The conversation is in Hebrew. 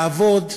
לעבוד,